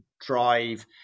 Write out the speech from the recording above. drive